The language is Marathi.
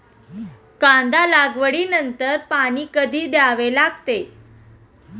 कांदा लागवडी नंतर पाणी कधी द्यावे लागते?